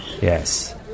Yes